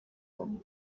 born